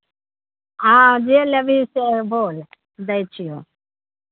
हँ जे लेबही से बोलि दै छियौ